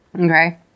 Okay